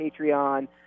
Patreon